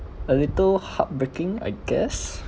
a little heartbreaking I guess